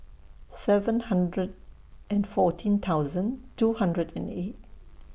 seven hundred and fourteen thousand two hundred and eight